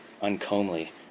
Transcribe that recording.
uncomely